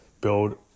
build